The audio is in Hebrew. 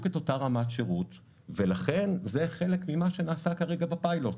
את אותה רמת שירות ולכן זה חלק ממה שנעשה כרגע בפיילוט.